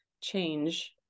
change